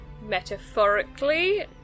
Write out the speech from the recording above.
metaphorically